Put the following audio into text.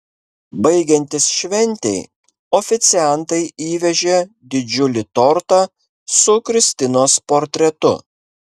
baigiantis šventei oficiantai įvežė didžiulį tortą su kristinos portretu